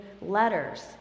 letters